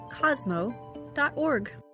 Cosmo.org